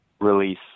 release